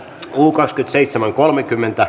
nuukasti seitsemän kolmekymmentä